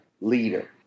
leader